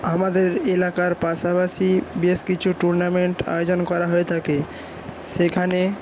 আমাদের এলাকার পাশাপাশি বেশ কিছু টুর্নামেন্ট আয়োজন করা হয়ে থাকে সেইখানে